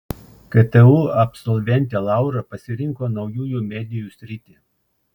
ktu absolventė laura pasirinko naujųjų medijų sritį